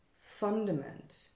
fundament